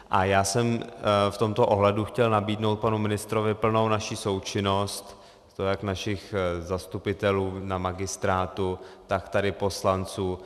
A já jsem v tomto ohledu chtěl nabídnout panu ministrovi naši plnou součinnost, a to jak našich zastupitelů na magistrátu, tak tady poslanců.